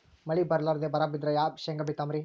ಮಳಿ ಬರ್ಲಾದೆ ಬರಾ ಬಿದ್ರ ಯಾ ಶೇಂಗಾ ಬಿತ್ತಮ್ರೀ?